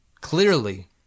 Clearly